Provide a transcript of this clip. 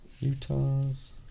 Utah's